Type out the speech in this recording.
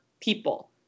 people